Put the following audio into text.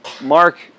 Mark